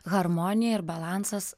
harmonija ir balansas